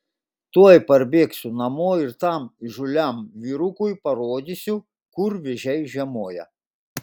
tuoj parbėgsiu namo ir tam įžūliam vyrukui parodysiu kur vėžiai žiemoja